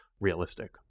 realistic